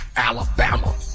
Alabama